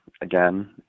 again